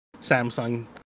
Samsung